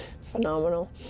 Phenomenal